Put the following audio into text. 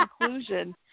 conclusion